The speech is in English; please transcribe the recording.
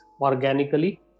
organically